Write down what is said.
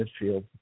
Midfield